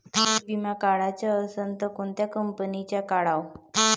पीक विमा काढाचा असन त कोनत्या कंपनीचा काढाव?